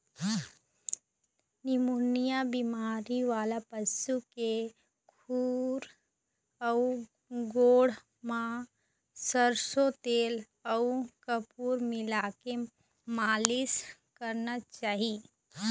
pneumonia बेमारी वाला पशु के खूर अउ गोड़ म सरसो तेल अउ कपूर मिलाके मालिस करना चाही